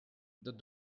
that